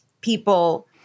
people